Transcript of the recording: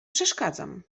przeszkadzam